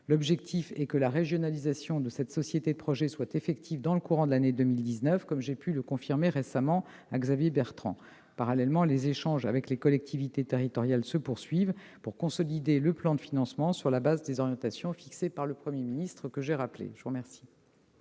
L'objectif est que cette régionalisation soit effective dans le courant de l'année 2019, comme j'ai pu le confirmer récemment à M. Xavier Bertrand. Parallèlement, les échanges avec les collectivités territoriales se poursuivent pour consolider le plan de financement, sur la base des orientations fixées par le Premier ministre. La parole est à M. Didier